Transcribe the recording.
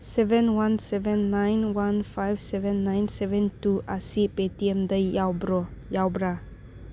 seven one seven nine one five seven nine seven two ꯑꯁꯤ ꯄꯦꯇꯦꯝꯗ ꯌꯥꯎꯕ꯭ꯔ